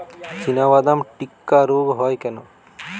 চিনাবাদাম টিক্কা রোগ হয় কেন?